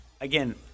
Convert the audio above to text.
again